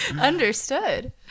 Understood